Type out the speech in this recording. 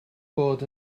bod